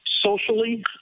socially